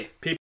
people